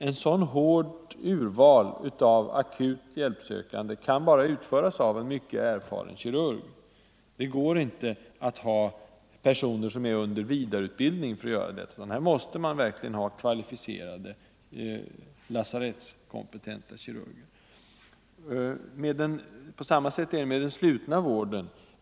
Ett sådant hårt urval av akut hjälpsökande kan bara utföras av en mycket erfaren kirurg. Det går inte att ha läkare som är under vidareutbildning för detta, utan här fordras verkligen kvalificerade lasarettskompetenta kirurger. På samma sätt är det med den slutna vården.